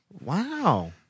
Wow